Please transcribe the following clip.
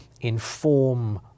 inform